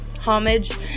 Homage